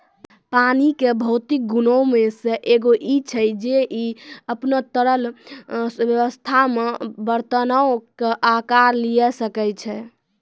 पानी के भौतिक गुणो मे से एगो इ छै जे इ अपनो तरल अवस्था मे बरतनो के अकार लिये सकै छै